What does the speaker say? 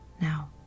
now